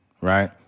Right